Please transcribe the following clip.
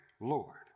Lord